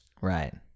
right